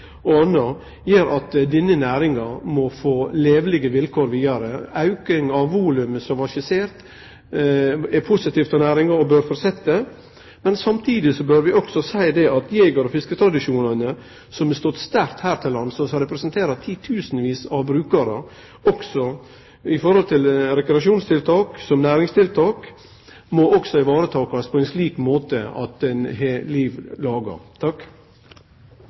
gjer at denne næringa må få levelege vilkår vidare. Ei auking av volumet, som var skissert, er positivt for næringa og bør fortsetje. Men samtidig bør vi også seie at jeger- og fisketradisjonane, som har stått sterkt her til lands og representerer titusenvis av brukarar, også som rekreasjonstiltak og som næringstiltak må takast i vare på ein slik måte at dei er liv laga.